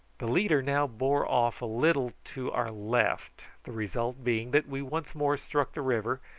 the leader now bore off a little to our left, the result being that we once more struck the river,